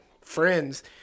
friends